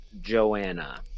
Joanna